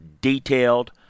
detailed